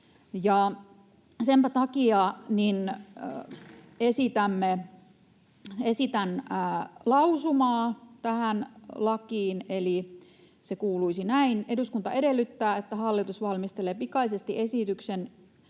Senpä takia esitän lausumaa tähän lakiin, eli se kuuluisi näin: ”Eduskunta edellyttää, että hallitus valmistelee pikaisesti esityksen,